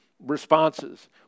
Responses